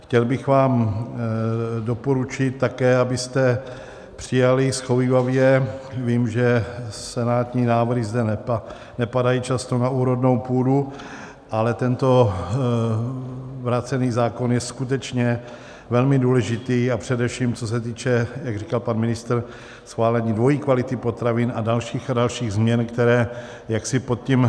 Chtěl bych vám doporučit také, abyste přijali shovívavě vím, že senátní návrhy zde nepadají často na úrodnou půdu, ale tento vrácený zákon je skutečně velmi důležitý, a především co se týče, jak říkal pan ministr, schválení dvojí kvality potravin a dalších a dalších změn, které jaksi pod tím...